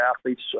athletes